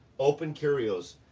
open curios,